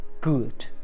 good